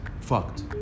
fucked